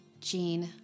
Gene